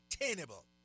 attainable